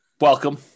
Welcome